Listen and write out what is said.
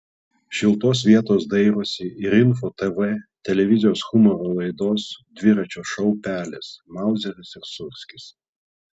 šiltos vietos dairosi ir info tv televizijos humoro laidos dviračio šou pelės mauzeris ir sūrskis